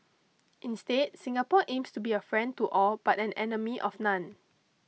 instead Singapore aims to be a friend to all but an enemy of none